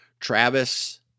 Travis